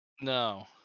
no